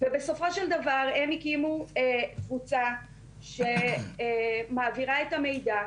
ובסופו של דבר הם הקימו קבוצה שמעבירה את המידע,